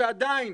שעדיין